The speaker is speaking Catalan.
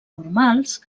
normals